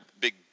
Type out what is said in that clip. big